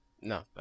No